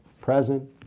present